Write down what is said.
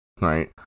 right